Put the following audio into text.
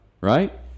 Right